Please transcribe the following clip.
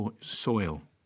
soil